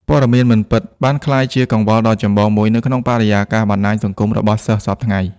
ព័ត៌មានមិនពិត បានក្លាយជាកង្វល់ដ៏ចម្បងមួយនៅក្នុងបរិយាកាសបណ្តាញសង្គមរបស់សិស្សសព្វថ្ងៃ។